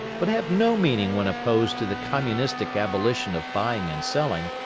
but have no meaning when opposed to the communistic abolition of buying and selling,